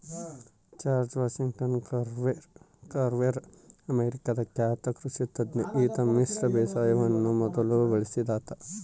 George Washington Carver ಅಮೇರಿಕಾದ ಖ್ಯಾತ ಕೃಷಿ ತಜ್ಞ ಈತ ಮಿಶ್ರ ಬೇಸಾಯವನ್ನು ಮೊದಲು ಬಳಸಿದಾತ